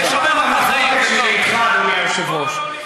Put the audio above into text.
אדוני היושב-ראש,